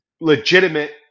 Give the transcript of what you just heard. legitimate